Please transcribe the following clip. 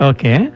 Okay